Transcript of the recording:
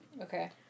Okay